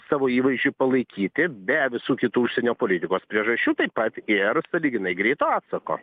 savo įvaizdžiui palaikyti be visų kitų užsienio politikos priežasčių taip pat ir sąlyginai greito atsako